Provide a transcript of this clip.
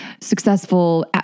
successful